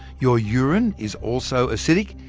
your urine is also acidic,